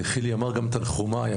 חילי אמר גם תנחומיי,